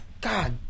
God